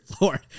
Lord